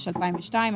יש 2002,